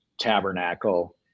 Tabernacle